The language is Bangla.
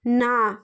না